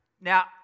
Now